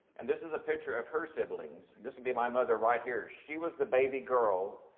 and this is a picture of her siblings. this would be my mother right here. she was the baby girl,